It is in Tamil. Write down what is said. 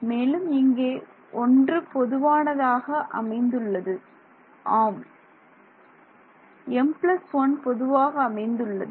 மாணவர் மேலும் இங்கே ஒன்று பொதுவானதாக அமைந்துள்ளது மாணவர் ஆம் m1 பொதுவாக அமைந்துள்ளது